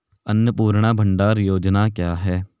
अन्नपूर्णा भंडार योजना क्या है?